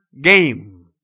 game